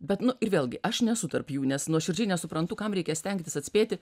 bet nu ir vėlgi aš nesu tarp jų nes nuoširdžiai nesuprantu kam reikia stengtis atspėti